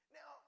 Now